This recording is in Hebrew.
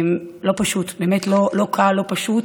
לא פשוט, באמת לא קל, לא פשוט,